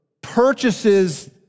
purchases